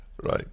Right